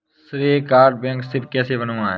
श्रेय card bank से कैसे बनवाएं?